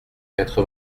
quatre